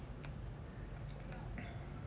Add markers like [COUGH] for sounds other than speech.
[NOISE]